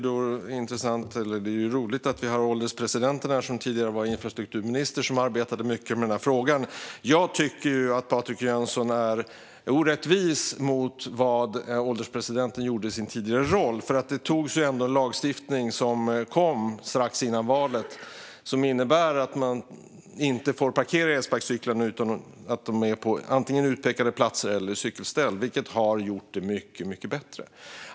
Det är roligt att vi har ålderspresidenten här - han var ju tidigare infrastrukturminister och arbetade mycket med denna fråga. Jag tycker att Patrik Jönsson är orättvis mot vad ålderspresidenten gjorde i sin tidigare roll. Strax före valet antogs lagstiftning som innebär att man inte får parkera elsparkcyklar om de inte ställs på utpekade platser eller i cykelställ, vilket har gjort det hela mycket bättre.